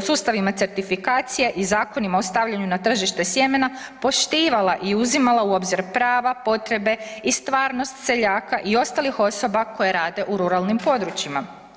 sustavima certifikacije i Zakonima o stavljanju na tržište sjemena poštivala i uzimala u obzir prava, potrebe i stvarnost seljaka i ostalih osoba koje rade u ruralnim područjima.